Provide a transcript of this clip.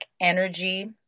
energy